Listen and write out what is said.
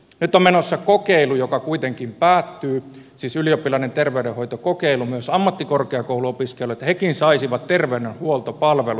nyt on menossa kokeilu joka kuitenkin päättyy siis ylioppilaiden terveydenhoitokokeilu myös ammattikorkeakouluopiskelijoille että hekin saisivat terveydenhuoltopalvelut